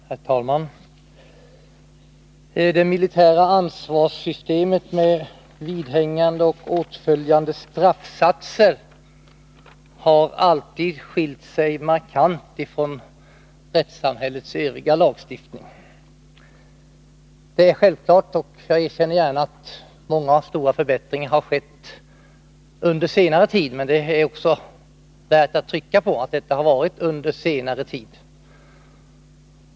Herr talman! Det militära ansvarssystemet med vidhängande och åtföljande straffsatser har alltid skilt sig markant ifrån rättssamhällets övriga lagstiftning. Det är självklart, och jag erkänner gärna att många och stora förbättringar har skett under senare tid. Det är dock värt att trycka på att detta gjorts under senare tid.